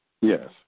Yes